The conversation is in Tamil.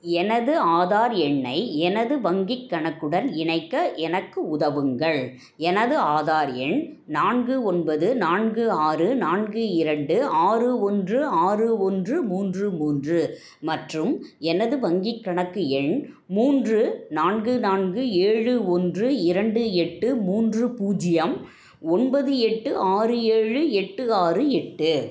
எனது ஆதார் எண்ணை எனது வங்கிக் கணக்குடன் இணைக்க எனக்கு உதவுங்கள் எனது ஆதார் எண் நான்கு ஒன்பது நான்கு ஆறு நான்கு இரண்டு ஆறு ஒன்று ஆறு ஒன்று மூன்று மூன்று மற்றும் எனது வங்கிக் கணக்கு எண் மூன்று நான்கு நான்கு ஏழு ஒன்று இரண்டு எட்டு மூன்று பூஜ்ஜியம் ஒன்பது எட்டு ஆறு ஏழு எட்டு ஆறு எட்டு